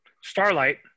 Starlight